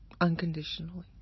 unconditionally